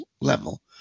level